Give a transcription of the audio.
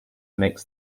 makes